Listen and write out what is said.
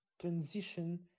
transition